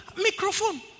microphone